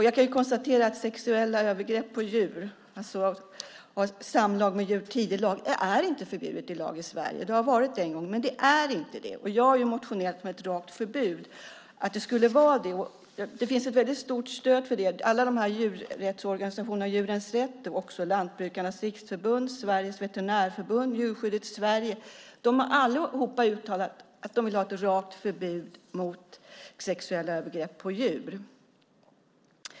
Jag kan konstatera att sexuella övergrepp på djur, alltså tidelag, inte är förbjudet i lag i Sverige. Det har det varit en gång, men det är inte det i dag. Jag har motionerat om ett rakt förbud, och det finns ett väldigt stort stöd för det. Djurrättsorganisationer som Djurens Rätt, Lantbrukarnas Riksförbund, Sveriges veterinärförbund, Djurskyddet Sverige, har uttalat att de vill ha ett rakt förbud mot sexuella övergrepp på djur.